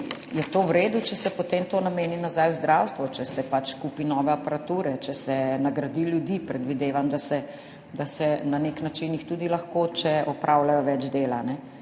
je to v redu, če se potem to nameni nazaj v zdravstvo, če se pač kupi nove aparature, če se nagradi ljudi, predvidevam, da se na nek način jih tudi lahko, če opravljajo več dela.